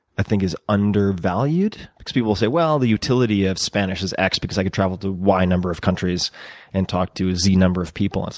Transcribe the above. i think, is undervalued. because people say, well, the utility of spanish is x because i can travel to y number of countries and talk to z number of people. and it's